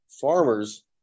farmers